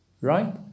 Right